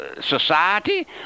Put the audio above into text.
society